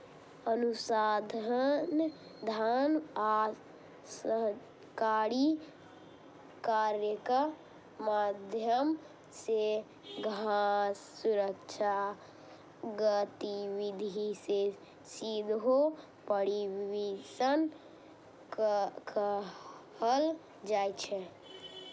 अनुसंधान आ सहकारी कार्यक माध्यम सं खाद्य सुरक्षा गतिविधि कें सेहो प्रीहार्वेस्ट कहल जाइ छै